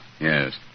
Yes